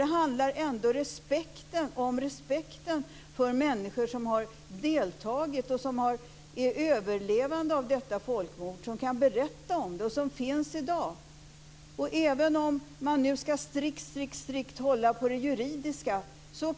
Det handlar ändå om respekten för människor som har varit med om och överlevt detta folkmord. De kan berätta om det, och de finns i dag. Låt juristerna strikt hålla på det juridiska!